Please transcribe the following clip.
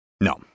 No